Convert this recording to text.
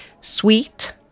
sweet